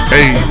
Hey